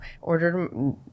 ordered